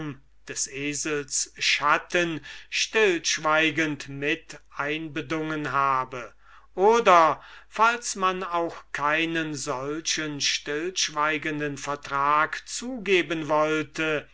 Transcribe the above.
des esels schatten stillschweigend mit einbedungen habe oder falls man auch keinen solchen stillschweigenden vertrag zugeben wollte